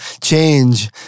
change